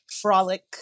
frolic